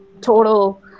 total